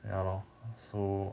ya lor so